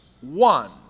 one